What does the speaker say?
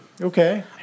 Okay